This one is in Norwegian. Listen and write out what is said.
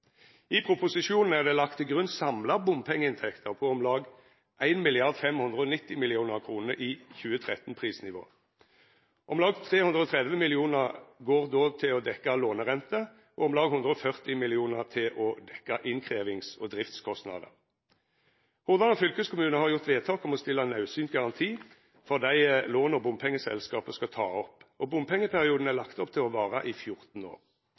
I proposisjonen er det lagt til grunn samla bompengeinntekter på om lag 1,590 mrd. kr i 2013-prisnivå. Om lag 330 mill. kr går då til å dekkja lånerenter og om lag 140 mill. kr til å dekkja innkrevjings- og driftskostnader. Hordaland fylkeskommune har gjort vedtak om å stilla naudsynt garanti for dei låna bompengeselskapet skal ta opp, og bompengeperioden er lagt opp til å vara i 14 år.